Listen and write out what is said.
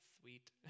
sweet